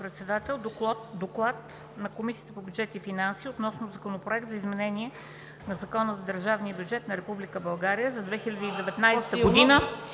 Председател. „Доклад на Комисията по бюджет и финанси относно Законопроект за изменение на Закона за държавния бюджет на Република